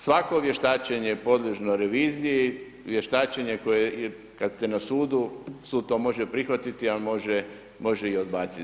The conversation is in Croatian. Svako vještačene, podoložno reviziji, vještačenje, koje kada ste na sudu, sud to može prihvatiti, a može i odbaciti.